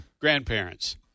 grandparents